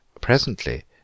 presently